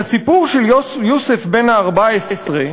לסיפור של יוסף בן ה-14,